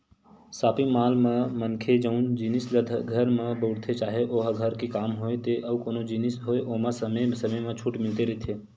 shopping mall म मनखे जउन जिनिस ल घर म बउरथे चाहे ओहा घर के काम होय ते अउ कोनो जिनिस होय ओमा समे समे म छूट मिलते रहिथे